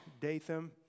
Datham